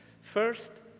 First